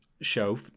show